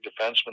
defenseman